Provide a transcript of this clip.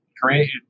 great